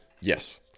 yes